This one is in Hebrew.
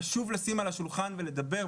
חשוב לשים על השולחן ולדבר,